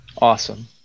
Awesome